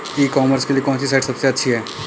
ई commerce के लिए कौनसी साइट सबसे अच्छी है?